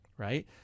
Right